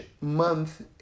month